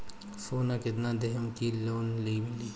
सोना कितना देहम की लोन मिली?